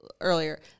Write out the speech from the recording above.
earlier